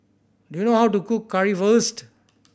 do you know how to cook Currywurst